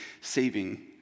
saving